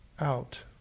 out